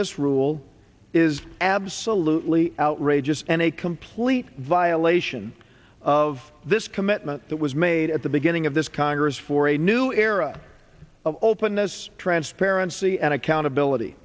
this rule is absolutely outrageous and a complete violation of this commitment that was made at the beginning of this congress for a new era of openness transparency and accountability